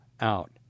out